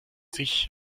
sich